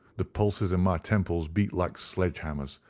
the pulses in my temples beat like sledge-hammers,